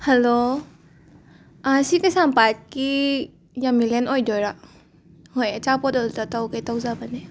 hello ꯁꯤ ꯀꯩꯁꯥꯝꯄꯥꯠꯀꯤ ꯌꯃꯤꯂꯦꯟ ꯑꯣꯏꯗꯣꯏꯔꯣ ꯍꯣꯏ ꯑꯆꯥꯄꯣꯠ ꯑꯣꯜꯇ ꯇꯧꯒꯦ ꯇꯧꯖꯕꯅꯦ